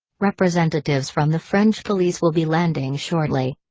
representatives from the french police will be landing shortly.